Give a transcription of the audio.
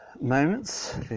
moments